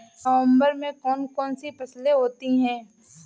नवंबर में कौन कौन सी फसलें होती हैं?